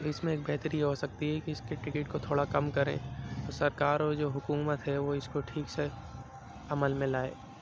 تو اس میں ایک بہتری یہ ہو سکتی ہے کہ اس کی ٹکٹ کو تھوڑا کم کریں سرکار اور جو حکومت ہے وہ اس کو ٹھیک سے عمل میں لائے